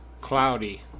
cloudy